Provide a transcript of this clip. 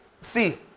see